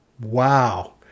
wow